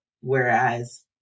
Whereas